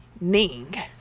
Ning